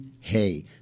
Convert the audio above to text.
hey